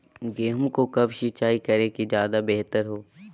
गेंहू को कब सिंचाई करे कि ज्यादा व्यहतर हो?